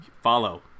follow